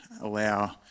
allow